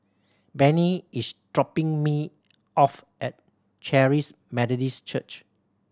Benny is dropping me off at Charis Methodist Church